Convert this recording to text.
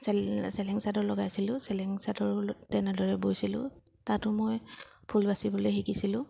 cell চেলেং চাদৰ লগাইছিলোঁ চেলেং চাদৰ তেনেদৰে বৈছিলোঁ তাতো মই ফুল বাচিবলৈ শিকিছিলোঁ